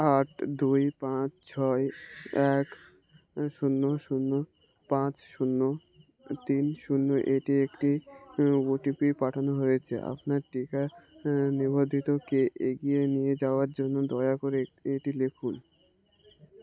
আট দুই পাঁচ ছয় এক শূন্য শূন্য পাঁচ শূন্য তিন শূন্য এটি একটি ওটিপি পাঠানো হয়েছে আপনার টিকা নিবন্ধিত কে এগিয়ে নিয়ে যাওয়ার জন্য দয়া করে এটি লিখুন